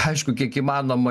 aišku kiek įmanoma